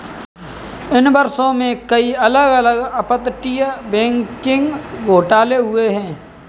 इन वर्षों में, कई अलग अलग अपतटीय बैंकिंग घोटाले हुए हैं